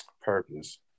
Purpose